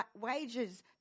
wages